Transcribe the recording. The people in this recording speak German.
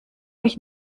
euch